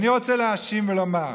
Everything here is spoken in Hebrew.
אני רוצה להאשים ולומר: